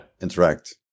interact